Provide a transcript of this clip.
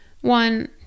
One